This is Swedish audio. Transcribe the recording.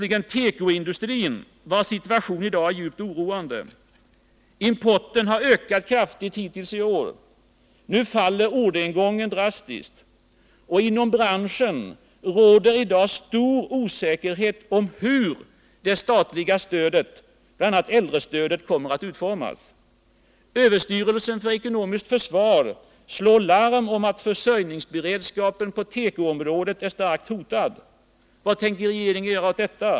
Inom tekoindustrin är situationen i dag djupt oroande. Importen har ökat kraftigt hittills i år. Nu faller orderingången drastiskt. Inom branschen råder i dag stor osäkerhet om hur det statliga stödet — bl.a. äldrestödet — kommer att utformas. Övertyrelsen för ekonomiskt försvar slår larm om att försörjningsberedskapen på tekoområdet är starkt hotad. Vad tänker regeringen göra åt detta?